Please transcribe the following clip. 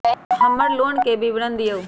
हमर लोन के विवरण दिउ